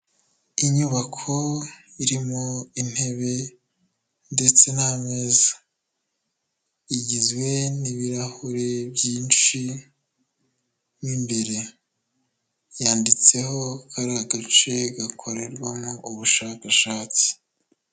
Inyubako irimo intebe ndetse n'ameza, igizwe n'ibirahuri byinshi mo imbere, yanditseho ko ari agace gakorerwamo ubushakashatsi.